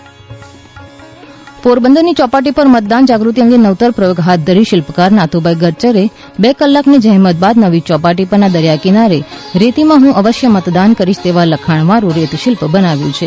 પોરબંદરની રેત શિલ્પ પોરબંદરની યોપાટી પર મતદાન જાગૃતિ અંગે નવતર પ્રયોગ હાથ ધરી શિલ્પકાર નાથુભાઈ ગરચરએ બે કલાકની જહેમત બાદ નવી યોપાટી પરના દરિયાકિનારે રેતીમાં હું અવશ્ય મતદાન કરીશ તેવા લખાણ વાળું રેતશિલ્પ બનાવ્યું છે